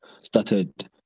started